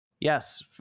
Yes